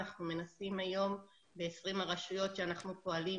אנחנו מנסים היום ב-20 הרשויות שאנחנו פועלים,